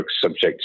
subject